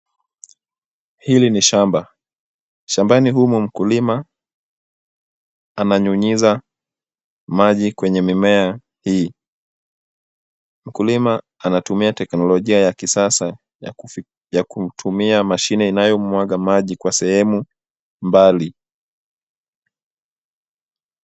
Hili ni shamba. Shambani humu mkulima ananyunyiza maji kwenye mimea hii. Mkulima anatumia teknolojia ya kisasa ya kutumia mashine inayomwaga maji kwa sehemu mbali.